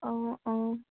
অঁ অঁ